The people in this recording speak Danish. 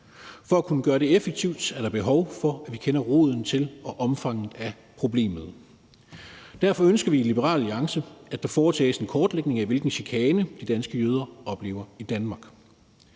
for at kunne gøre det effektivt er der behov for, at vi kender roden til og omfanget af problemet. Derfor ønsker vi i Liberal Alliance, at der foretages en kortlægning af, hvilken chikane de danske jøder oplever i Danmark.